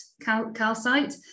calcite